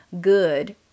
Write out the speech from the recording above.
good